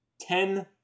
Ten